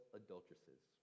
adulteresses